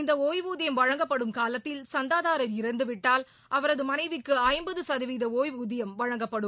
இந்த ஒய்வூதியம் வழங்கப்படும் காலத்தில் சந்தாதாரர் இறந்துவிட்டால் அவரது மனைவிக்கு ஐம்பது சதவீத ஒய்பூதியம் வழங்கப்படும்